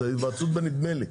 זו היוועצות בנדמה לי.